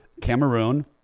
Cameroon